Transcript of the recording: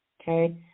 okay